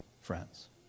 friends